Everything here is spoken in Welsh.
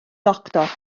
doctor